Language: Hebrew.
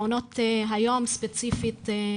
מועצת אל קסום ונווה מדבר שיש בהן רק מעון יום אחד שפועל.